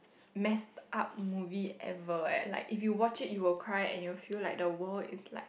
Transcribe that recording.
messed up movie ever and like if you watch it you will cry and you feel like the world is like